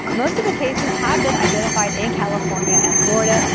most of the cases have been identified in california and florida.